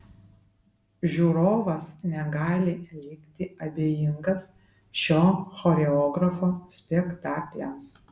žiūrovas negali likti abejingas šio choreografo spektakliams